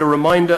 זכרו לברכה,